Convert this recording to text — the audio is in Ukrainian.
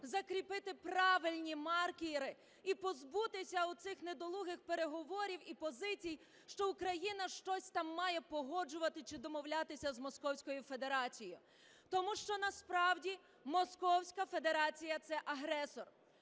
закріпити правильні маркери і позбутися оцих недолугих переговорів і позицій, що Україна щось там має погоджувати чи домовлятися з московською федерацією. Тому що насправді московська федерація – це агресор.